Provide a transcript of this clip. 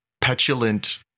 petulant